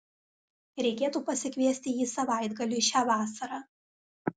reikėtų pasikviesti jį savaitgaliui šią vasarą